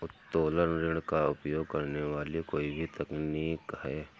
उत्तोलन ऋण का उपयोग करने वाली कोई भी तकनीक है